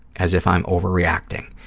as if i'm overreacting,